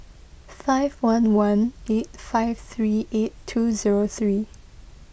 five one one eight five three eight two zero three